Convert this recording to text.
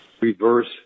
reverse